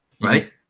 right